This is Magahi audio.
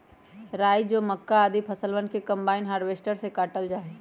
राई, जौ, मक्का, आदि फसलवन के कम्बाइन हार्वेसटर से काटल जा हई